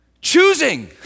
choosing